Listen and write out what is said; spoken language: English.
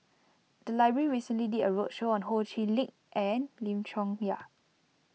the library recently did a roadshow on Ho Chee Lick and Lim Chong Yah